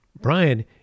Brian